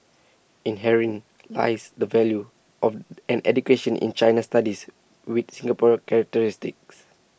and herein lies the value of an education in China studies with Singapore characteristics